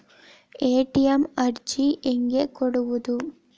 ATM ಅರ್ಜಿ ಹೆಂಗೆ ಕೊಡುವುದು?